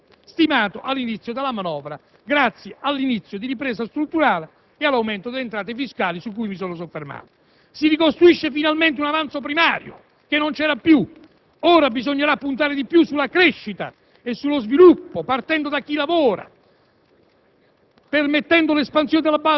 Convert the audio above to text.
visti i dati, anche sotto il 2,8 per cento stimato all'inizio della manovra - grazie all'inizio di ripresa strutturale e all'aumento delle entrate fiscali su cui mi sono soffermato. Si ricostituisce finalmente un avanzo primario che non c'era più; ora bisognerà puntare di più sulla crescita e lo sviluppo partendo da chi lavora,